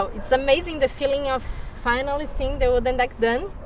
it's amazing the feeling of finally seen the wooden deck done.